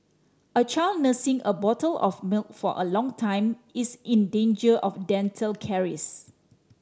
a child nursing a bottle of milk for a long time is in danger of dental caries